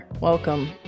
Welcome